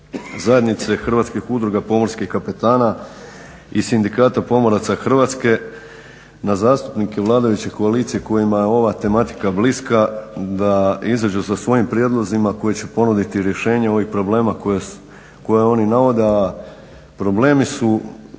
Zajednice hrvatskih udruga pomorskih kapetana i Sindikata pomoraca Hrvatske na zastupnike vladajuće koalicije kojima je ova tematika bliska da izađu sa svojim prijedlozima koji će ponuditi rješenja ovih problema koje oni navode. A problemi su